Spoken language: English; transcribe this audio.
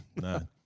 No